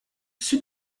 sud